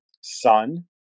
son